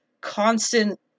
constant